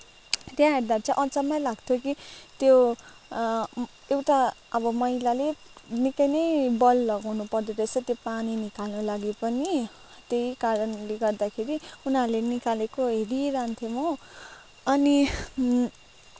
त्यहाँ हेर्दा चाहिँ अचम्मै लाग्थ्यो कि त्यो एउटा अब महिलाले निकै नै बल लगाउनु पर्दो रहेछ त्यो पानी निकाल्नु लागि पनि त्यही कारणले गर्दाखेरि उनीहरूले निकालेको हेरिरहन्थेँ म अनि